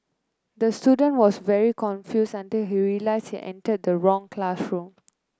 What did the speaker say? the student was very confused until he realised he entered the wrong classroom